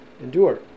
endure